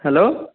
hello